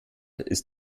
ist